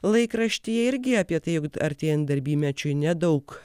laikraštyje irgi apie tai jog artėjant darbymečiui nedaug